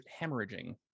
hemorrhaging